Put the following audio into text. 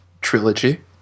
Trilogy